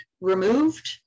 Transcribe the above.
removed